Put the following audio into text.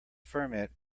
ferment